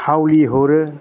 हावलि हरो